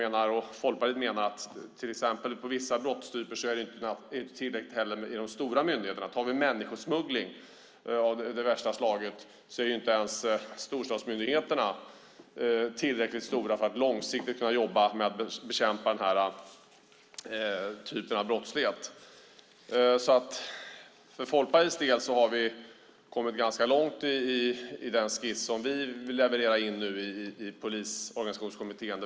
Jag och Folkpartiet menar att det exempelvis för vissa brottstyper inte heller är tillräckligt med de stora myndigheterna. Om vi tar människosmuggling av det värsta slaget är inte ens storstadsmyndigheterna tillräckligt stora för att långsiktigt kunna jobba med att bekämpa den typen av brottslighet. För Folkpartiets del har vi kommit ganska långt på den skiss som vi nu vill leverera till Polisorganisationskommittén.